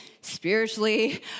spiritually